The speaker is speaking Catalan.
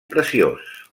preciós